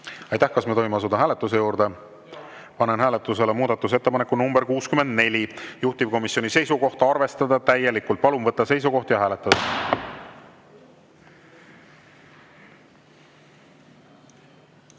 Aitäh! Kas me tohime asuda hääletuse juurde? Panen hääletusele muudatusettepaneku nr 64, juhtivkomisjoni seisukoht on arvestada täielikult. Palun võtta seisukoht ja hääletada!